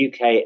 UK